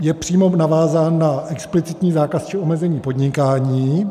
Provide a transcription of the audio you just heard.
Je přímo navázán na explicitní zákaz či omezení podnikání.